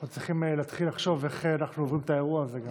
אנחנו צריכים להתחיל לחשוב איך אנחנו עוברים את האירוע הזה גם.